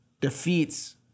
defeats